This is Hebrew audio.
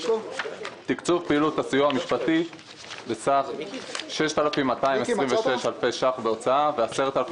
תקצוב פעילות הסיוע המשפטי בסך 6,226 אלפי ש"ח בהוצאה ו-10,000